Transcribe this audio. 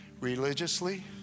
religiously